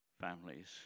families